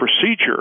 procedure